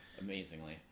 amazingly